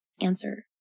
answer